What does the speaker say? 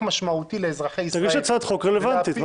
משמעותי לאזרחי ישראל --- תגיש הצעת חוק רלוונטית.